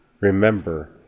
remember